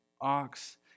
ox